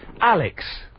Alex